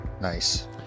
Nice